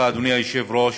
אדוני היושב-ראש,